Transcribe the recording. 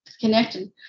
connected